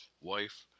wife